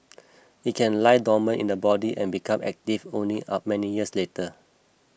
it can lie dormant in the body and become active only up many years later